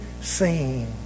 seen